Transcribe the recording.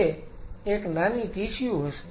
તે એક નાની ટિશ્યુ હશે